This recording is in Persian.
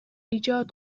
ایجاد